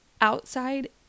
outside